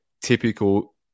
typical